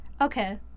Okay